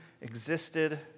existed